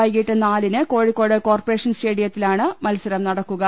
വൈകീട്ട് നാലിന് കോഴിക്കോട് കോർപ്പറേഷൻ സ്റ്റേഡിയത്തിലാണ് മത്സരം നടക്കുക